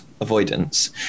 avoidance